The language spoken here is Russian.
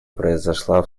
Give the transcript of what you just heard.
произошла